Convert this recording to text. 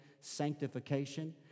sanctification